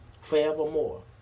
Forevermore